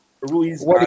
Ruiz